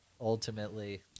ultimately